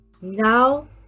now